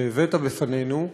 שהבאת בפנינו.